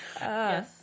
Yes